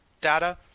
data